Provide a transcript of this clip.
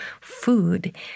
food